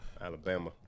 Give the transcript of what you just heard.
Alabama